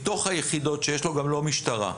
גם לא משטרה.